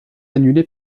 annulé